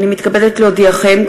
אני מתכבדת להודיעכם,